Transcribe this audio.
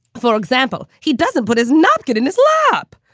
for example, he doesn't put is not good in his lap.